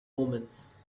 omens